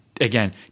again